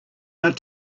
out